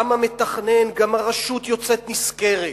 גם המתכנן וגם הרשות יוצאים נשכרים.